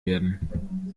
werden